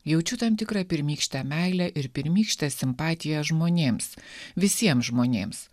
jaučiu tam tikrą pirmykštę meilę ir pirmykštę simpatiją žmonėms visiems žmonėms